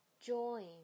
Join